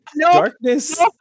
darkness